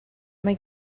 mae